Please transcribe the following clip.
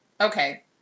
Okay